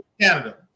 Canada